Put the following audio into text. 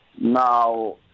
Now